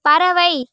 பறவை